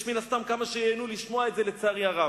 יש מן הסתם כמה שייהנו לשמוע את זה, לצערי הרב.